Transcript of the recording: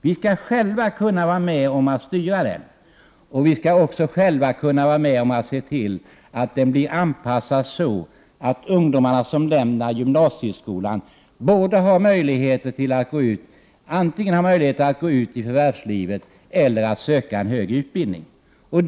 Vi skall själva kunna vara med om att styra den och se till att den blir anpassad så, att ungdomarna som lämnar gymnasieskolan har möjlighet att antingen gå ut i förvärvslivet eller att söka en högre utbildning.